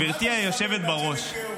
גברתי היושבת בראש,